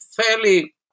fairly